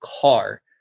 car